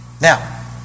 Now